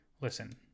listen